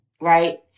right